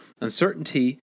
Uncertainty